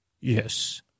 Yes